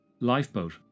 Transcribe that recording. Lifeboat